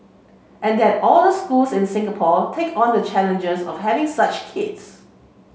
and that all the schools in Singapore take on the challenges of having such kids